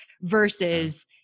Versus